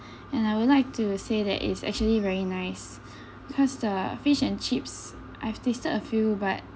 and I would like to say that it's actually very nic ebecause the fish and chips I've tasted a few but